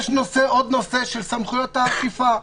יש נושא של סמכויות האכיפה.